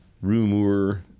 Rumor